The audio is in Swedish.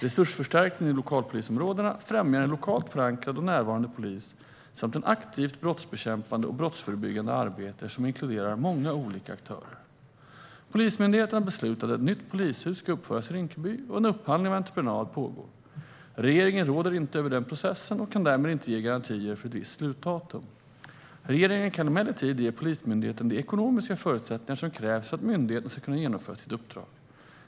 Resursförstärkningen i lokalpolisområdena främjar en lokalt förankrad och närvarande polis samt ett aktivt brottsbekämpande och brottsförebyggande arbete som inkluderar många olika aktörer. Polismyndigheten har beslutat att ett nytt polishus ska uppföras i Rinkeby, och en upphandling av entreprenad pågår. Regeringen råder inte över den processen och kan därmed inte ge garantier för ett visst slutdatum. Regeringen kan emellertid ge Polismyndigheten de ekonomiska förutsättningar som krävs för att myndigheten ska kunna genomföra sitt uppdrag.